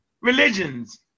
religions